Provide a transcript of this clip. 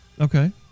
Okay